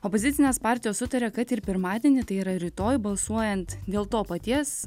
opozicinės partijos sutarė kad ir pirmadienį tai yra rytoj balsuojant dėl to paties